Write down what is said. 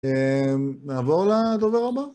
נעבור לדובר הבא?